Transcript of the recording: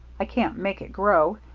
i can't make it grow,